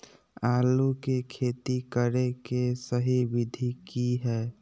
आलू के खेती करें के सही विधि की हय?